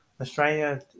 Australia